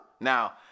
Now